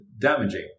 damaging